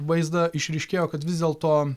vaizdą išryškėjo kad vis dėlto